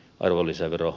puhemies